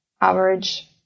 average